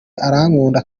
arankunda